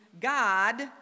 God